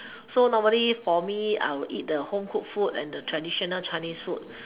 so normally for me I would eat the homecooked food and the traditional chinese food